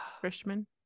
freshman